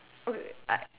okay I